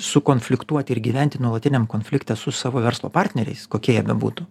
sukonfliktuoti ir gyventi nuolatiniam konflikte su savo verslo partneriais kokie jie bebūtų